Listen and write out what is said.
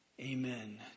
amen